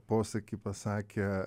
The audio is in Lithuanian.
posakį pasakė